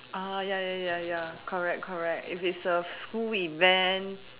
ya ya ya ya correct correct if it's a school event